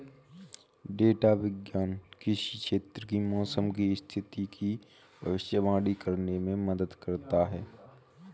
data विज्ञान किसी क्षेत्र की मौसम की स्थिति की भविष्यवाणी करने में मदद करता है